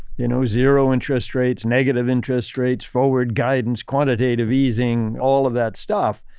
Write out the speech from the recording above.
you know, zero interest rates, negative interest rates, forward guidance, quantitative easing, all of that stuff.